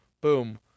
boom